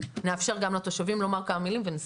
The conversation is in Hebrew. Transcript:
נאפשר גם לתושבים לומר כמה מילים ונסכם.